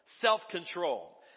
self-control